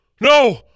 no